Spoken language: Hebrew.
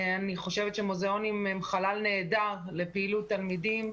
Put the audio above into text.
אני חושבת שמוזיאונים הם חלל נהדר לפעילות תלמידים,